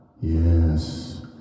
Yes